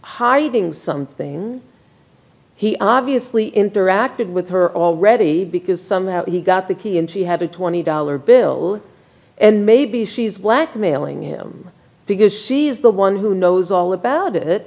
hiding something he obviously interacted with her already because somehow he got the key and she had a twenty dollar bill and maybe she's black mailing him because she is the one who knows all about it